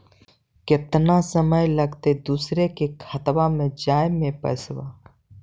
केतना समय लगतैय दुसर के खाता में जाय में पैसा?